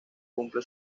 cumple